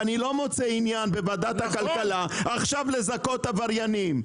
ואני לא מוצא עניין בוועדת הכלכלה עכשיו לזכות עבריינים.